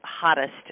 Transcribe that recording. hottest